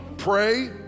Pray